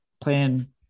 plan